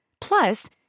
Plus